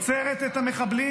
כאילו עוצרת את המחבלים